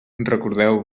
recordeu